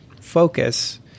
focus